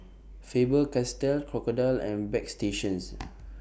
Faber Castell Crocodile and Bagstationz